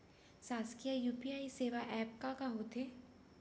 शासकीय यू.पी.आई सेवा एप का का होथे?